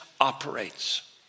operates